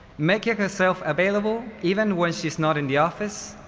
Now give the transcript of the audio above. making herself available even when she's not in the office,